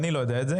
אני לא יודע את זה.